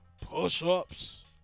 Push-ups